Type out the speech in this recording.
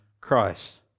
Christ